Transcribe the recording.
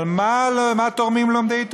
אבל מה תורמים לומדי תורה?